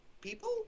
people